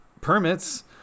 permits